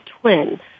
twin